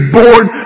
born